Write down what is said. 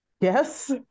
yes